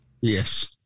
Yes